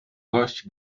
gość